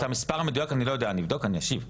לא יודע בדיוק להגיד לך.